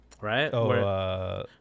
right